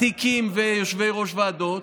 תיקים ויושבי-ראש ועדות,